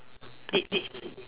did did